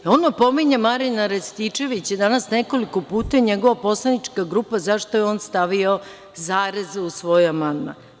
On opominje Marijana Rističevića danas nekoliko puta, i njegova poslanička grupa, zašto je on stavio zareze u svoj amandman.